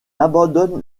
abandonne